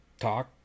talk